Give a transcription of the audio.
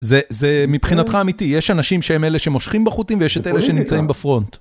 זה מבחינתך אמיתי, יש אנשים שהם אלה שמושכים בחוטים ויש את אלה שנמצאים בפרונט.